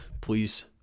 please